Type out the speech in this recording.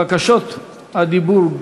בקשות הדיבור,